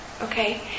okay